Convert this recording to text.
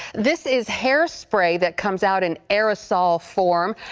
this is hairspray that comes out in aerosol form.